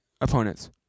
opponents